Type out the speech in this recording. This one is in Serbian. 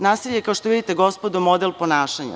Nasilje je kao što vidite gospodo model ponašanja.